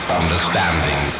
understanding